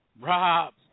Rob